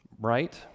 right